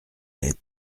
lait